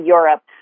Europe